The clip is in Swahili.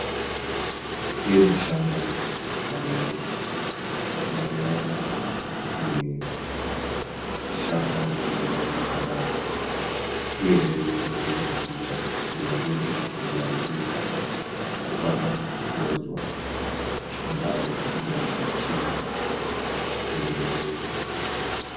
Hii ni shamba la mahindi, tunavyoona ni shamba lenye mahindi kadhaa, hii yenye imeonyeshwa kwa picha ni mahindi iliyoharibika kupata ugonjwa ambayo inajipachika kwenye mahindi.